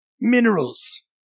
Minerals